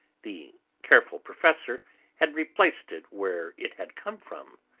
the careful professor had replaced it where it had come from,